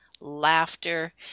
laughter